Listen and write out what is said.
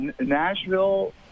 Nashville